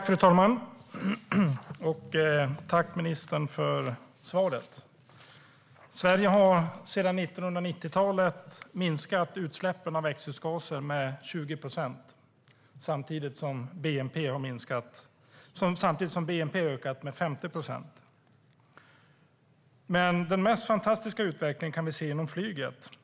Fru talman! Tack, ministern, för svaret! Sverige har sedan 1990-talet minskat utsläppen av växthusgaser med 20 procent samtidigt som bnp har ökat med 50 procent. Den mest fantastiska utvecklingen kan vi dock se inom flyget.